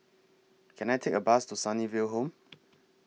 Can I Take A Bus to Sunnyville Home